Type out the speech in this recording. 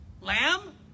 Lamb